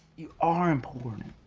you are important,